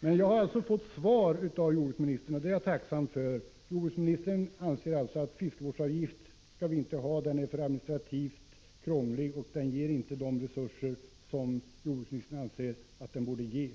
Jag har alltså fått ett svar av jordbruksministern, och det är jag tacksam för. Jordbruksministern anser att vi inte skall ha fiskevårdsavgift. Den är för administrativt krånglig och ger inte de resurser som jordbruksministern anser att den borde ge.